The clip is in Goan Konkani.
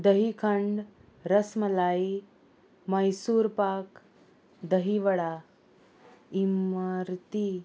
दहीखंड रसमलाई मैसूर पाक दही वडा इमर्ती